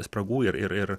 spragų ir ir ir